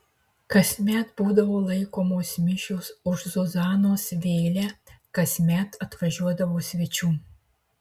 kasmet būdavo laikomos mišios už zuzanos vėlę kasmet atvažiuodavo svečių